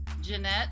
Jeanette